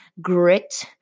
grit